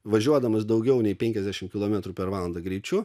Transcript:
važiuodamas daugiau nei penkiasdešimt kilometrų per valandą greičiu